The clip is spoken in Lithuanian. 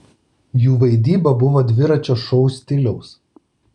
jų vaidyba buvo dviračio šou stiliaus